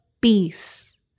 Peace